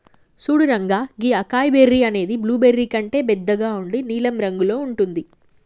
సూడు రంగా గీ acai berry అనేది బ్లూబెర్రీ కంటే బెద్దగా ఉండి నీలం రంగులో ఉంటుంది